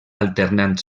alternant